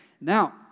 now